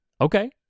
Okay